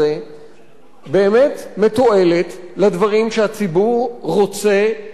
באמת מתועלת לדברים שהציבור רוצה וצריך לקבל.